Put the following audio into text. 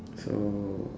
so